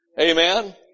Amen